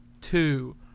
two